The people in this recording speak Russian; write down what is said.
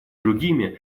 другими